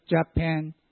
Japan